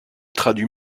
traduit